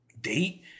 date